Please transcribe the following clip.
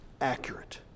Accurate